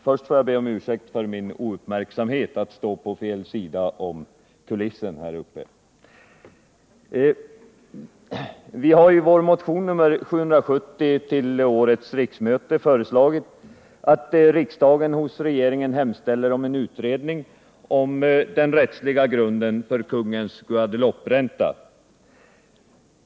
Herr talman! I vår motion 770 till årets riksmöte har vi föreslagit att riksdagen hos regeringen hemställer om en utredning av den rättsliga grunden för kungens Guadelouperänta.